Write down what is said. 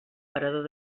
parador